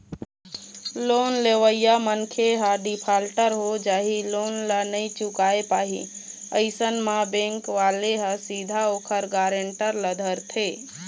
loan लेवइया मनखे ह डिफाल्टर हो जाही लोन ल नइ चुकाय पाही अइसन म बेंक वाले ह सीधा ओखर गारेंटर ल धरथे